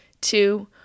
two